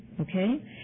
Okay